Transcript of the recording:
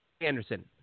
Anderson